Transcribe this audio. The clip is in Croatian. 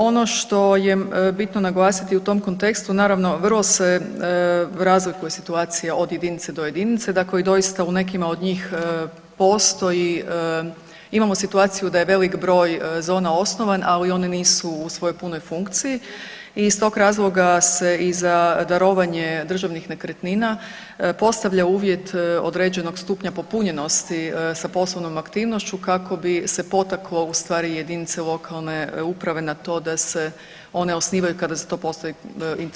Ono što je bitno naglasiti u tom kontekstu naravno vrlo se razlikuje situacija od jedinice do jedinice i doista u nekima od njih postoji, imamo situaciju da je velik broj zona osnovan, ali one nisu u svojoj punoj funkciji i iz tog razloga se i za darovanje državnih nekretnina postavlja uvjet određenog stupnja popunjenosti sa poslovnom aktivnošću kako bi se potaklo jedinice lokalne uprave na to da se one osnivaju kada za to postoji interes poduzetnika.